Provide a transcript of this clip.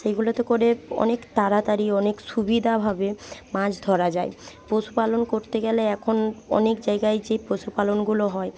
সেইগুলোতে করে অনেক তাড়াতাড়ি অনেক সুবিধাভাবে মাছ ধরা যায় পশুপালন করতে গেলে এখন অনেক জায়গায় যে পশুপালনগুলো হয়